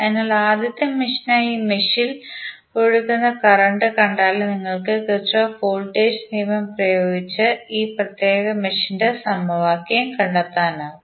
അതിനാൽ ആദ്യത്തെ മെഷിനായി ഈ മെഷിൽ ഒഴുകുന്ന കറന്റ് കണ്ടാൽ നിങ്ങൾക്ക് കിർചോഫ് വോൾട്ടേജ് നിയമം പ്രയോഗിച്ച് ഈ പ്രത്യേക മെഷിന്റെ സമവാക്യം കണ്ടെത്താനാകും